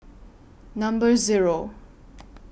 Number Zero